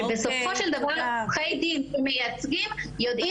שבסופו של דבר עורכי דין שמייצגים יודעים